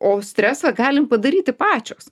o stresą galim padaryti pačios